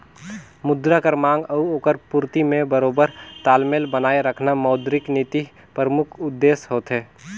मुद्रा कर मांग अउ ओकर पूरती में बरोबेर तालमेल बनाए रखना मौद्रिक नीति परमुख उद्देस होथे